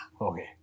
Okay